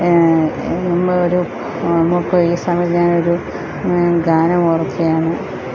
നമ്മൾ ഒരു നമുക്ക് ഈ സമയത്ത് ഞാൻ ഒരു ഗാനം ഓർക്കുകയാണ്